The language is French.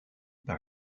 par